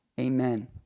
Amen